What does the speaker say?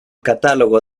catálogo